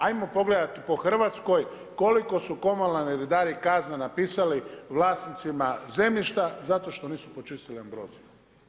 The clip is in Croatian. Ajmo pogledati po Hrvatskoj koliko su komunalni redari kazna napisali vlasnicima zemljišta zato što nisu počistili ambroziju.